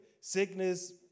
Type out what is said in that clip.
sickness